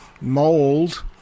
mold